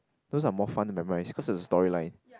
those are more fun to memorize cause there's a story line